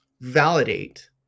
validate